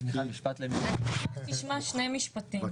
--- תשמע שני משפטים,